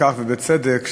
ובצדק,